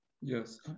Yes